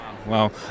Wow